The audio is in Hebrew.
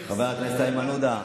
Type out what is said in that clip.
חבר הכנסת איימן עודה,